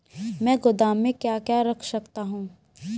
मैं गोदाम में क्या क्या रख सकता हूँ?